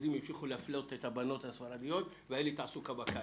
שהחרדים המשיכו להפלות את הבנות הספרדיות והיתה לי תעסוקה בקיץ.